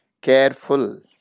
careful